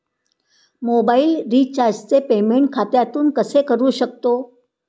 Mobile रिचार्जचे payment खात्यातून कसे करू शकतो?